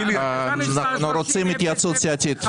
רוצים התייעצות סיעתית.